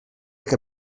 que